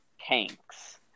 tanks